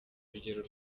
urugero